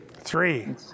Three